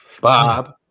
Bob